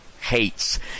hates